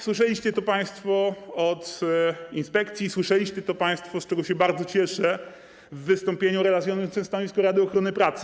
Słyszeliście to państwo od inspekcji, słyszeliście to państwo, z czego się bardzo cieszę, w wystąpieniu relacjonującym stanowisko Rady Ochrony Pracy.